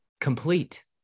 complete